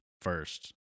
first